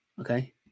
okay